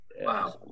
Wow